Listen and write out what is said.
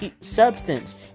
Substance